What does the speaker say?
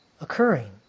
occurring